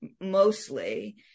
mostly